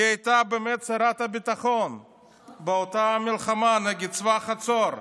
היא הייתה באמת שרת הביטחון באותה מלחמה נגד צבא חצור.